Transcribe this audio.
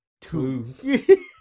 two